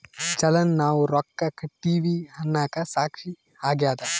ಚಲನ್ ನಾವ್ ರೊಕ್ಕ ಕಟ್ಟಿವಿ ಅನ್ನಕ ಸಾಕ್ಷಿ ಆಗ್ಯದ